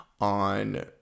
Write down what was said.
on